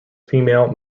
female